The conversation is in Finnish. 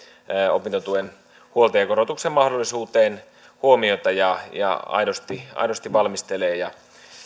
opintotuen huoltajakorotuksen mahdollisuuteen huomiota ja ja aidosti aidosti valmistelee ja